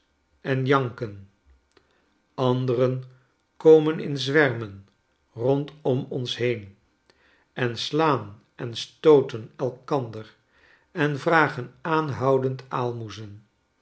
en janken anderen komen in zwermen rondom ons heen en slaan enstootenlkander en vragen aanhoudend aalmoezen